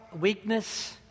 weakness